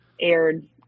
aired